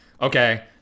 okay